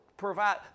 provide